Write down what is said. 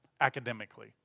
academically